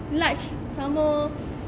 large somemore